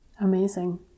Amazing